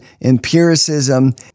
empiricism